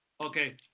Okay